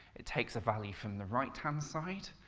it takes a value from the right-hand side,